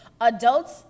adults